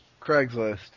Craigslist